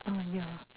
orh ya